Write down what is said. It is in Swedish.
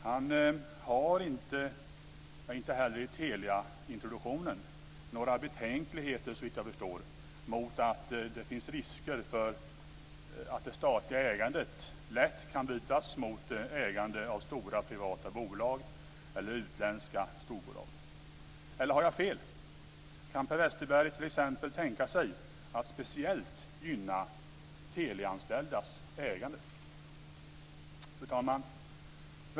Han har inte heller i Teliaintroduktionen några betänkligheter, såvitt jag förstår, mot att det finns risker för att det statliga ägandet lätt kan bytas mot ägande av stora privata bolag eller utländska storbolag. Eller har jag fel? Kan Per Westerberg t.ex. tänka sig att speciellt gynna Teliaanställdas ägande? Fru talman!